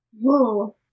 Whoa